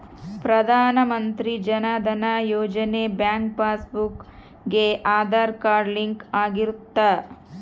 ಪ್ರಧಾನ Mantri Jan Dhan Yojana bank passbook ಗೆ Aadhaar card link ಆಗಿರುತ್ತ